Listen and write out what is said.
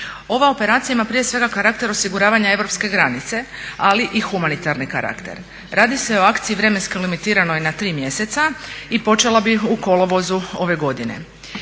Ova operacija ima prije svega karakter osiguravanja europske granice, ali i humanitarni karakter. Radi se o akciji vremenskim limitiranoj na 3 mjeseca i počela bi u kolovozu ove godine.